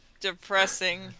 depressing